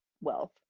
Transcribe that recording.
wealth